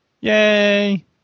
Yay